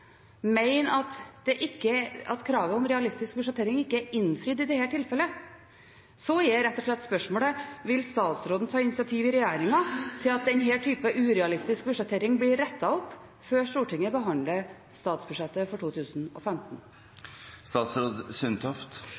at kravet om realistisk budsjettering ikke er innfridd i dette tilfellet, er rett og slett spørsmålet: Vil statsråden ta initiativ i regjeringen til at denne typen urealistisk budsjettering blir rettet opp før Stortinget behandler statsbudsjettet for